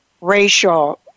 racial